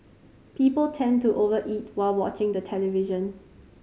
people tend to over eat while watching the television